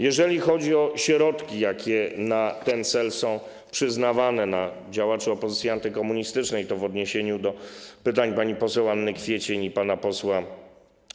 Jeżeli chodzi o środki, jakie na ten cel są przyznawane, na działaczy opozycji antykomunistycznej - to w odniesieniu do pytań pani poseł Anny Kwiecień i pana posła